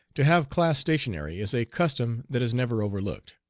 to have class stationary is a custom that is never overlooked.